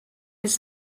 his